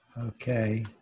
Okay